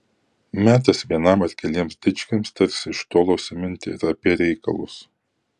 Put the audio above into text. metas vienam ar keliems dičkiams tarsi iš tolo užsiminti ir apie reikalus